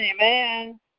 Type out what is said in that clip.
amen